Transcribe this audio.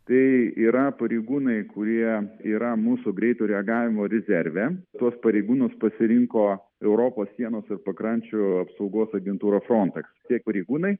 tai yra pareigūnai kurie yra mūsų greito reagavimo rezerve tuos pareigūnus pasirinko europos sienos ir pakrančių apsaugos agentūra fronteks tie pareigūnai